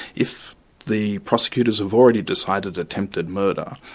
if the prosecutors have already decided attempted murder,